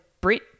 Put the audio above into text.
Brit